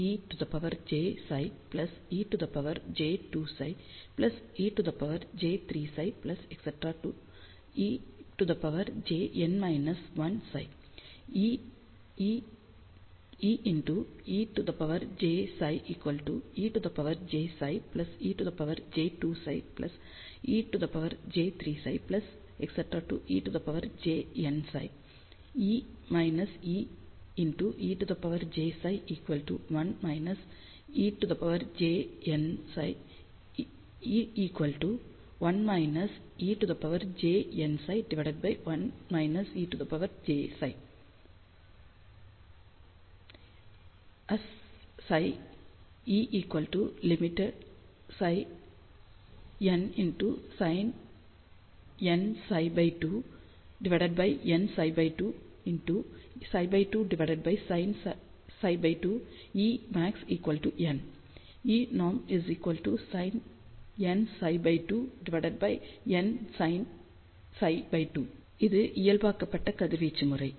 E 1 e jψ ej 2ψ e j3ψ e j ψ Ee jψ e jψ e j2ψ e j 3ψ ejnψ E Eejψ 1 e jnψ E 1 e jnψ 1 e jψ E ejnψ 2 E limψ n sin nψ2 nψ2 ψ2 sinψ2 Emax n Enorm sinnψ 2 nsin ψ 2 இது இயல்பாக்கப்பட்ட கதிர்வீச்சு முறை